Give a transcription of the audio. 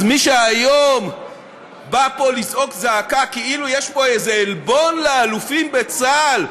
אז מי שהיום בא פה לזעוק זעקה כאילו יש פה איזה עלבון לאלופים בצה"ל,